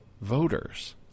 voters